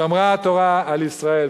שמרה התורה על ישראל.